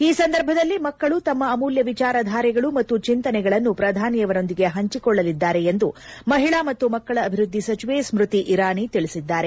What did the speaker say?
ಈ ಸಂದರ್ಭದಲ್ಲಿ ಮಕ್ಕಳು ತಮ್ನ ಅಮೂಲ್ಡ ವಿಚಾರಧಾರೆಗಳು ಮತ್ತು ಚಿಂತನೆಗಳನ್ನು ಪ್ರಧಾನಿಯವರೊಂದಿಗೆ ಹಂಚಿಕೊಳ್ಳಲಿದ್ದಾರೆ ಎಂದು ಮಹಿಳಾ ಮತ್ತು ಮಕ್ಕಳ ಅಭಿವೃದ್ದಿ ಸಚಿವೆ ಸ್ಮತಿ ಇರಾನಿ ತಿಳಿಸಿದ್ದಾರೆ